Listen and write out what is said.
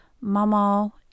Mama